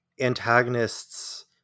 antagonists